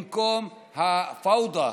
במקום הפאודה,